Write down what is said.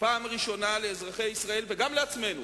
בפעם הראשונה לאזרחי ישראל, וגם לעצמנו,